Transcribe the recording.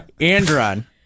Andron